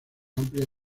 amplia